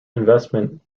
investment